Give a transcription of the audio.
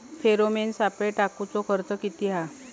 Pheromone सापळे टाकूचो खर्च किती हा?